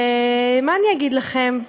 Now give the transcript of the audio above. ומה אני אגיד לכם,